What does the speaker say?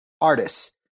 artists